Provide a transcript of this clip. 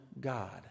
God